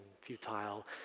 futile